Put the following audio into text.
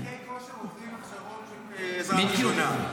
מדריכי כושר עוברים הכשרות של עזרה ראשונה.